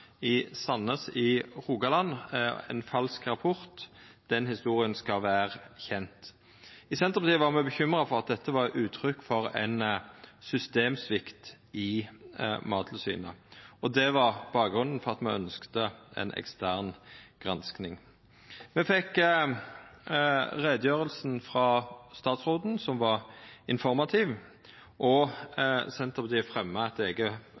i Sandnes i Rogaland, ein falsk rapport. Den historia skal vera kjend. I Senterpartiet var me bekymra for at dette var uttrykk for ein systemsvikt i Mattilsynet, og det var bakgrunnen for at me ønskte ei ekstern gransking. Me fekk utgreiinga frå statsråden, som var informativ, og Senterpartiet fremja eit eige